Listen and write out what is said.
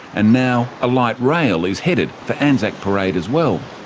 and now a light rail is headed for anzac parade as well.